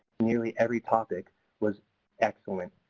nearly every topic was excellent.